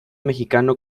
mexicano